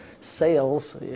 sales